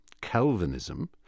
Calvinism